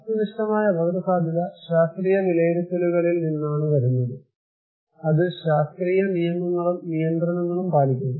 വസ്തുനിഷ്ഠമായ അപകടസാധ്യത ശാസ്ത്രീയ വിലയിരുത്തലുകളിൽ നിന്നാണ് വരുന്നത് അത് ശാസ്ത്രീയ നിയമങ്ങളും നിയന്ത്രണങ്ങളും പാലിക്കുന്നു